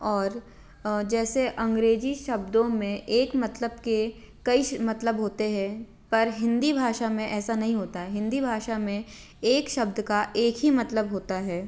और जैसे अंग्रेज़ी शब्दों में एक मतलब के कई मतलब होते हैं पर हिंदी भाषा में ऐसा नहीं होता है हिंदी भाषा में एक शब्द का एक ही मतलब होता है